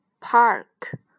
Park